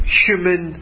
human